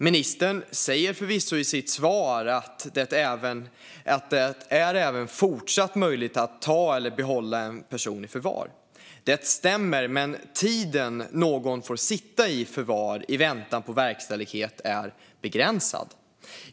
Ministern säger förvisso i sitt svar att det även fortsatt är möjligt att ta eller behålla en person i förvar. Det stämmer, men tiden någon får sitta i förvar i väntan på verkställighet är begränsad.